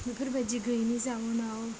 बेफोरबायदि गैयिनि जाउनाव